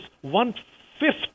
one-fifth